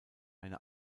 eine